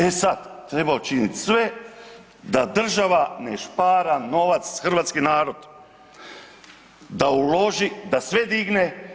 E sad treba učinit sve da država ne špara novac hrvatski narod, da uloži, da sve digne.